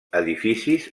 edificis